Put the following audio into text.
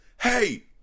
Hey